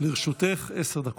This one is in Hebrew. לרשותך עשר דקות.